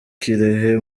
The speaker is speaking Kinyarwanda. kirehe